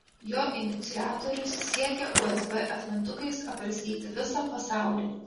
jo iniciatorius siekia usb atmintukais apraizgyti visą pasaulį